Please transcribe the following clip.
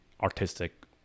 artistic